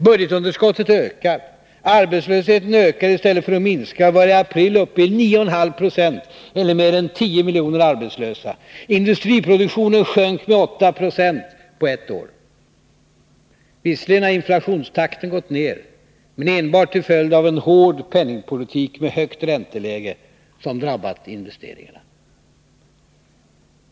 Budgetunderskottet ökar, arbetslösheten ökar i stället för att minska och var i april uppe i 9,5 26, eller mer än 10 miljoner arbetslösa, industriproduktionen sjönk med 8 26 på ett år. Visserligen har inflationstakten gått ned, men enbart till följd av en hård penningpolitik med högt ränteläge, som drabbat investeringarna.